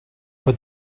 but